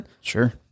Sure